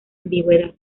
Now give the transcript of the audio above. ambigüedad